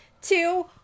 two